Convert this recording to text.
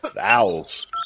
Owls